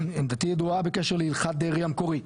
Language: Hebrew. עמדתי ידועה בקשר להלכת דרעי המקורית,